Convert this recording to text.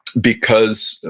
because,